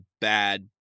bad